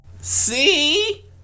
See